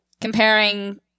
comparing